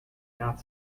not